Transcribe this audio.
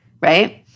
right